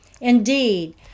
Indeed